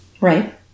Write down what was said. Right